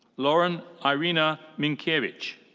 lauren irena minkiewicz.